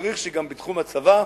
צריך שגם בתחום הצבא.